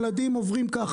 ילדים עוברים ככה,